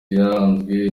yaranzwe